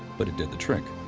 but it did the trick.